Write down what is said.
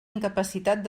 incapacitat